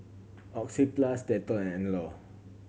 Oxyplus Dettol and Anello